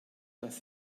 dass